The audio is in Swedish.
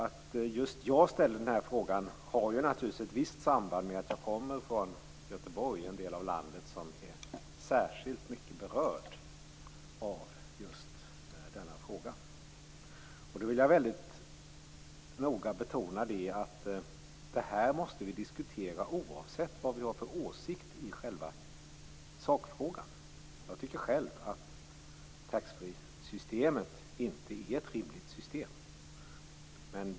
Att just jag ställer den här frågan har naturligtvis ett visst samband med att jag kommer från Göteborg, en del av landet som är särskilt mycket berörd av just denna fråga. Jag vill mycket noga betona att vi måste diskutera detta oavsett vilken åsikt vi har i själva sakfrågan. Jag tycker själv att taxfreesystemet inte är rimligt.